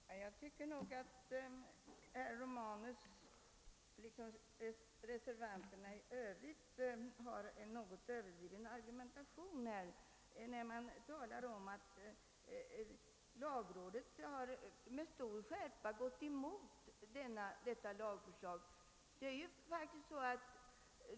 Herr talman! Jag tycker nog att herr Romanus liksom reservanterna i övrigt argumenterar något överdrivet när de gör gällande att lagrådet med stor skärpa gått emot detta lagförslag.